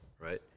right